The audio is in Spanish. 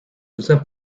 usa